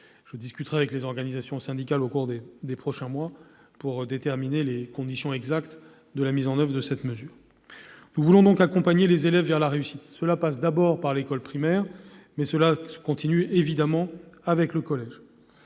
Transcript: Je discuterai avec les organisations syndicales au cours des prochains mois pour déterminer les conditions exactes de la mise en oeuvre de cette disposition. Accompagner les élèves vers la réussite passe d'abord par l'école primaire, mais cet objectif se poursuit évidemment avec le collège.